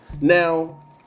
Now